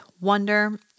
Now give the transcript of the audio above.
wonder